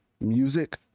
music